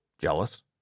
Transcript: jealous